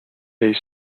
day